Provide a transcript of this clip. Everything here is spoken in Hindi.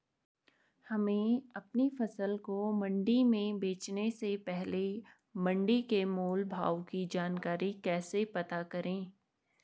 हमें अपनी फसल को मंडी में बेचने से पहले मंडी के मोल भाव की जानकारी कैसे पता करें?